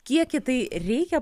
kiek į tai reikia